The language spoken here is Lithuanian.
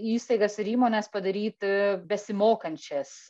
įstaigas ir įmones padaryti besimokančias